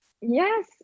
yes